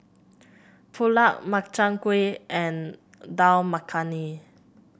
Pulao Makchang Gui and Dal Makhani